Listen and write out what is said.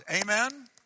Amen